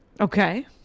okay